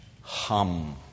Hum